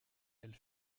elle